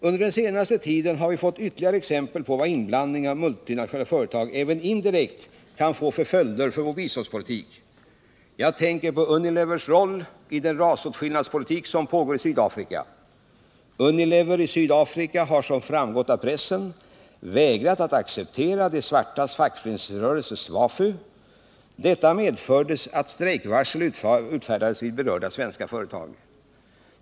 Under den senaste tiden har vi fått ytterligare exempel på vad en inblandning av multinationella företag även indirekt kan få för följder för vår biståndspolitik. Jag tänker på Unilevers roll i den rasåtskillnadspolitik som pågår i Sydafrika. Unilever i Sydafrika har som framgått av pressen vägrat att acceptera de svartas fackföreningsrörelse SWAFU. Detta har medfört att strejkvarsel utfärdats vid berörda svenska företag.